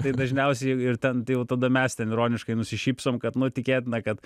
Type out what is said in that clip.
tai dažniausiai ir ten jau tada mes ten ironiškai nusišypsom kad nu tikėtina kad